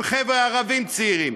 הם חבר'ה ערבים צעירים,